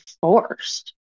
forced